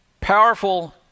powerful